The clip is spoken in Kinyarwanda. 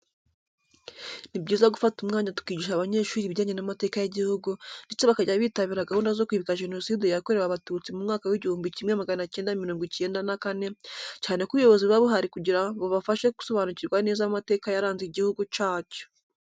Ni byiza gufata umwanya tukigisha abanyeshuri ibijyanye n'amateka y'igihugu ndetse bakajya bitabira gahunda zo kwibuka Jenoside Yakorewe Abatutsi mu mwaka w'igihumbi kimwe magana cyenda mirongo icyenda na kane, cyane ko ubuyobozi buba buhari kugira bubafashe gusobanukirwa neza amateka yaranze igihugu cyacu.